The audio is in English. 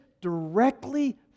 directly